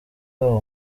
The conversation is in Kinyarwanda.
babo